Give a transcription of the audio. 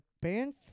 band